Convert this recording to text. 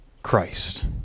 Christ